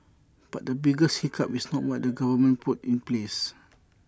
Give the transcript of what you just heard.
but the biggest hiccup is not what the government puts in place